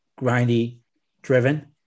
grindy-driven